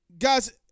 Guys